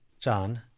John